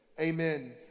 Amen